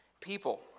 people